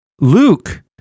Luke